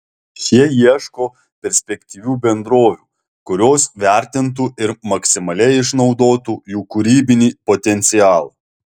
šie ieško perspektyvių bendrovių kurios vertintų ir maksimaliai išnaudotų jų kūrybinį potencialą